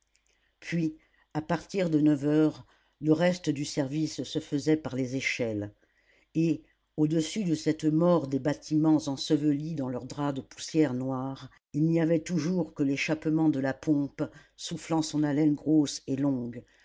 puis à partir de neuf heures le reste du service se faisait par les échelles et au-dessus de cette mort des bâtiments ensevelis dans leur drap de poussière noire il n'y avait toujours que l'échappement de la pompe soufflant son haleine grosse et longue